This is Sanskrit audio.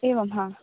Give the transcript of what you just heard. एवं हा